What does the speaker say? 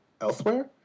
elsewhere